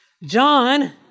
John